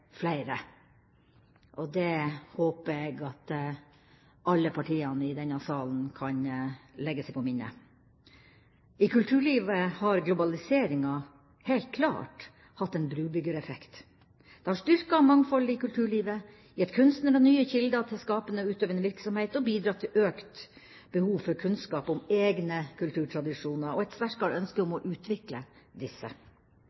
flere. Det håper jeg at alle partiene i denne salen kan legge seg på minne. I kulturlivet har globaliseringa helt klart hatt en brubyggereffekt. Det har styrket mangfoldet i kulturlivet, gitt kunstnere nye kilder til skapende og utøvende virksomhet og bidratt til økt behov for kunnskap om egne kulturtradisjoner og et sterkere ønske om å utvikle disse.